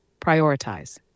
prioritize